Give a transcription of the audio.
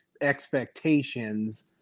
expectations